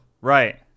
Right